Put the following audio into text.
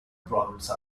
province